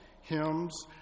hymns